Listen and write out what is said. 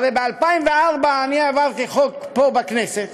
הרי ב-2004 העברתי פה בכנסת